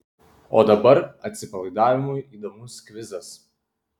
o dabar atsipalaidavimui įdomus kvizas